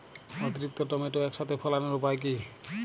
অতিরিক্ত টমেটো একসাথে ফলানোর উপায় কী?